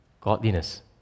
godliness